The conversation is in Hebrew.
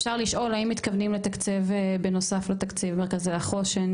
אפשר לשאול האם מתכוונים לתקצב נוסף על תקציב מרכזי החוסן,